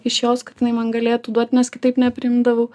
iš jos kad jinai man galėtų duot nes kitaip nepriimdavau